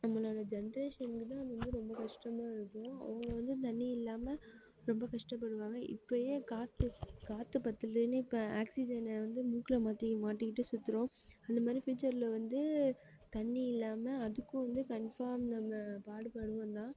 நம்மளோட ஜென்ரேஷனுக்கு தான் அது வந்து ரொம்ப கஷ்டமாக இருக்கும் அவங்க வந்து தண்ணி இல்லாமல் ரொம்ப கஷ்டப்படுவாங்க இப்பேயே காற்று காற்று பற்றலன்னு இப்போ ஆக்சிஜனை வந்து மூக்கில் மாற்றி மாட்டிகிட்டு சுற்றுறோம் அந்த மாதிரி ஃப்யூச்சரில் வந்து தண்ணி இல்லாமல் அதுக்கும் வந்து கன்ஃபார்ம் நம்ம பாடுபடுவோம்தான்